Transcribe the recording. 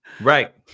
Right